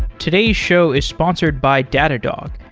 today's show is sponsored by datadog,